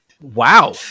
Wow